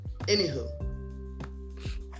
anywho